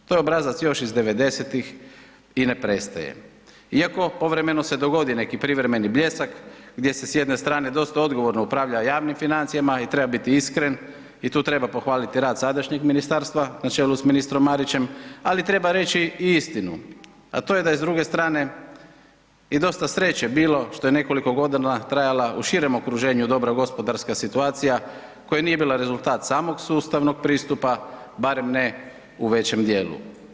To je obrazac još iz devedesetih i ne prestaje, iako povremeno se dogodi neki privremeni bljesak gdje se s jedne strane dosta odgovorno upravlja javnim financijama i treba biti iskren i tu treba pohvaliti rad sadašnjeg ministarstva na čelu s ministrom Marićem, ali treba reći i istinu, a to je da je s druge strane i dosta sreće bilo što je nekoliko godina trajala u širem okruženju dobra gospodarska situacija koja nije bila rezultat samog sustavnog pristupa, barem ne u većem dijelu.